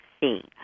see